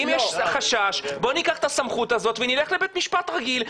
אם יש חשש בואו ניקח את הסמכות הזאת ונלך לבית משפט רגיל,